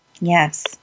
Yes